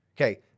Okay